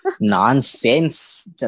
Nonsense